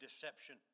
deception